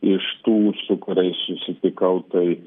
iš tų su kuriais susitikau tai